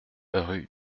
rue